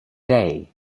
day